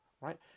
Right